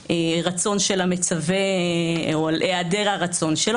על הרצון/היעדר הרצון של המצווה,